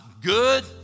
good